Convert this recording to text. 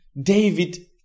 David